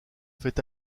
fait